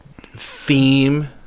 theme